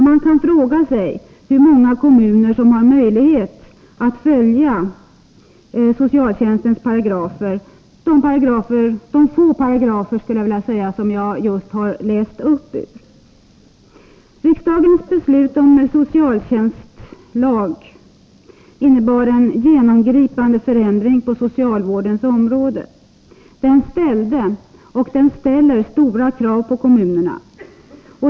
Man kan fråga sig hur många kommuner som har möjlighet att följa socialtjänstens paragrafer — de få paragrafer som jag just har nämnt. Riksdagens beslut om socialtjänstlag innebar en genomgripande förändring på socialvårdens område. Lagen ställde och ställer stora krav på kommunerna.